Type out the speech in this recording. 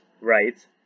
right